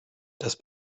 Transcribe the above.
das